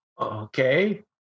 Okay